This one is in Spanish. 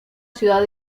ciudad